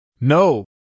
No